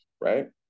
right